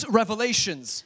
revelations